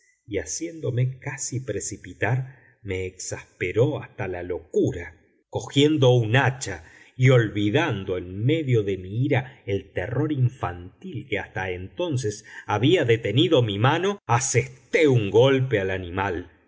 y haciéndome casi precipitar me exasperó hasta la locura cogiendo un hacha y olvidando en medio de mi ira el terror infantil que hasta entonces había detenido mi mano asesté un golpe al animal